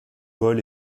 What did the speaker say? vol